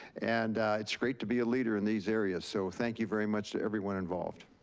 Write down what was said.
and it's great to be a leader in these areas. so thank you very much to everyone involved.